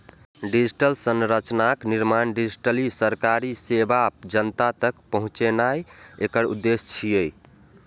digital संरचनाक निर्माण, digitally सरकारी सेवा जनता तक पहुंचेनाय एकर उद्देश्य छियै